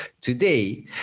Today